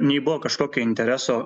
nei buvo kažkokio intereso